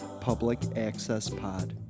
publicaccesspod